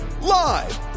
Live